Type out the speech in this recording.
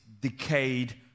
decayed